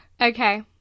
Okay